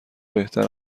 بهتر